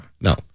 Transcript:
No